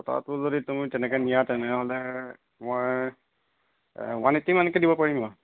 গোটাটো যদি তুমি তেনেকৈ নিয়া তেনেহ'লে মই ওৱান এইটি মানকৈ দিব পাৰিম আৰু